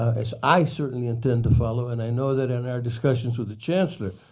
i so i certainly intend to follow. and i know that in our discussions with the chancellor,